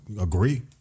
agree